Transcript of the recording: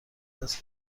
هست